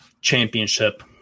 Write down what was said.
championship